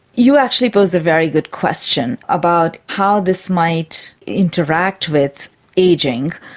you actually pose a very good question about how this might interact with ageing,